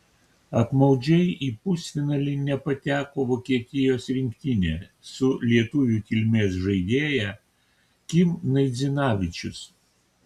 apmaudžiai į pusfinalį nepateko vokietijos rinktinė su lietuvių kilmės žaidėja kim naidzinavičius